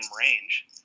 range